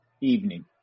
evening